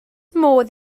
modd